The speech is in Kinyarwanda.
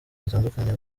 batandukanye